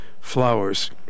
flowers